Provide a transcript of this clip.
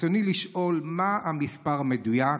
ברצוני לשאול: 1. מה המספר המדויק?